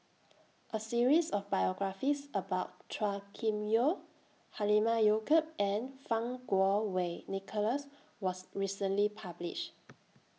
A series of biographies about Chua Kim Yeow Halimah Yacob and Fang Kuo Wei Nicholas was recently published